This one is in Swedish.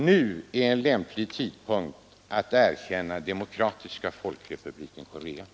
Nu är en lämplig tidpunkt att erkänna Demokratiska folkrepubliken Korea.